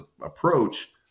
approach